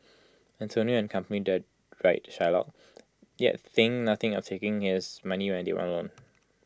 Antonio and company deride Shylock yet think nothing of taking his money when they want A loan